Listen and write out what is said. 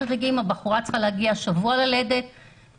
חריגים בשביל בחורה שהייתה צריכה ללדת באותו שבוע.